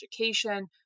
education